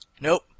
Nope